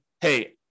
hey